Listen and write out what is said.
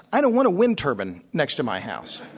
i don't want a wind turbine next to my house.